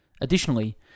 Additionally